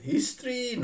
History